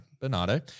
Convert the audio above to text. bernardo